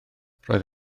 roedd